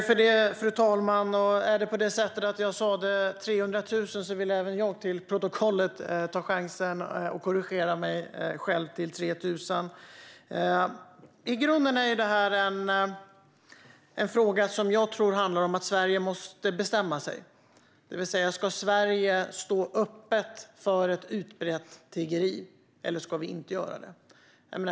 Fru talman! Är det på det sättet att jag sa 300 000 vill även jag till protokollet ta chansen att korrigera det till 3 000. I grunden är det här en fråga som jag tror handlar om att Sverige måste bestämma sig: Ska Sverige stå öppet för utbrett tiggeri, eller ska det inte göra det?